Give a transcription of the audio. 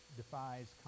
defies